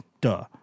duh